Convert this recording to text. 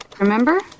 remember